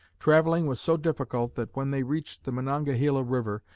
traveling was so difficult that, when they reached the monongahela river,